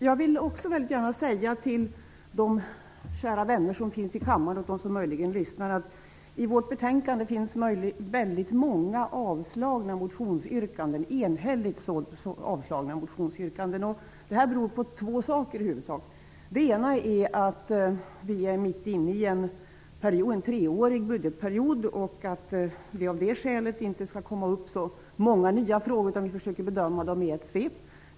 Jag vill till de kära vänner som finns i kammaren och till dem som möjligen lyssnar säga att det i vårt betänkande finns många enhälligt avstyrkta motionsyrkanden. Detta beror i huvudsak på två saker. Det ena är att vi befinner oss i en treårig budgetperiod. Av det skälet vill vi inte att så många nya frågor skall tas upp, utan vi försöker att bedöma dem i ett svep.